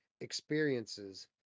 experiences